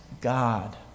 God